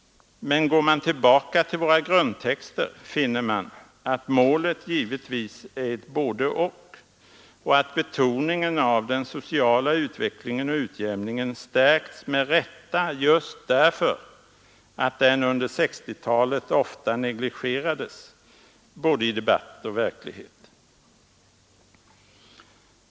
Men går man tillbaka till våra grundtexter finner man att målet givetvis är ett både—och och att betoningen av den sociala utvecklingen och utjämningen stärkts med rätta just därför att den under 1960-talet ofta negligerades i både debatt ' och verklighet.